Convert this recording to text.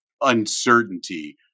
uncertainty